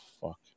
fuck